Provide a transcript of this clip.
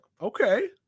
okay